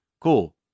Cool